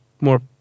more